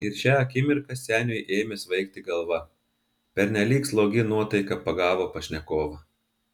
ir šią akimirką seniui ėmė svaigti galva pernelyg slogi nuotaika pagavo pašnekovą